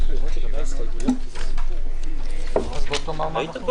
הישיבה ננעלה בשעה 13:05.